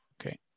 Okay